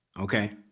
okay